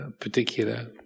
particular